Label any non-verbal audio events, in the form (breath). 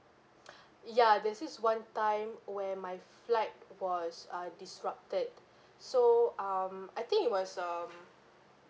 (breath) ya there's this one time where my flight was ah disrupted so um I think it was um